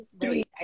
three